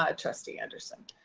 ah trustee anderson.